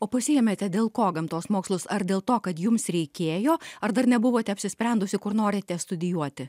o pasiėmėte dėl ko gamtos mokslus ar dėl to kad jums reikėjo ar dar nebuvote apsisprendusi kur norite studijuoti